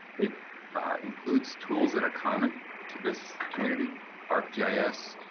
it includes tools that are common to this community arcgis,